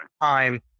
time